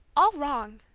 all wrong!